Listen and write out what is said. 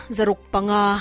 Zarukpanga